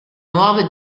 nuove